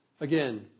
Again